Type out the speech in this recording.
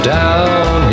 down